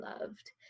loved